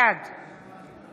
בעד